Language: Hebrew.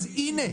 אז הנה.